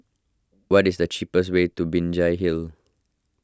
what is the cheapest way to Binjai Hill